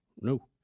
No